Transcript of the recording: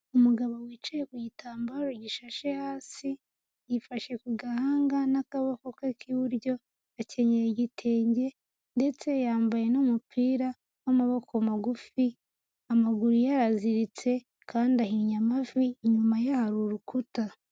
Umugabo wicaye ku gitambaro gishashe hasi, yifashe ku gahanga n'akaboko ke k'iburyo, akenyeye igitenge ndetse yambaye n'umupira w'amaboko magufi, amaguru ye araziritse kandi ahinye amavi, inyuma ye hari urukuta.